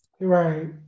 right